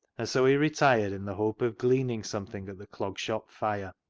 and so he retired in the hope of gleaning something at the clog shop fire.